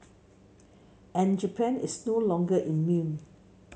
and Japan is no longer immune